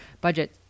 budget